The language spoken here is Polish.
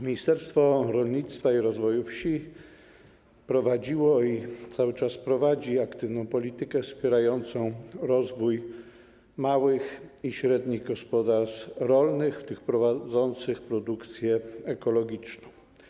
Ministerstwo Rolnictwa i Rozwoju Wsi prowadziło i cały czas prowadzi aktywną politykę wspierającą rozwój małych i średnich gospodarstw rolnych, tych prowadzących produkcję ekologiczną.